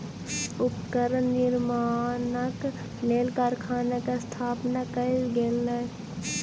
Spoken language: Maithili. उपकरण निर्माणक लेल कारखाना के स्थापना कयल गेल